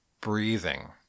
breathing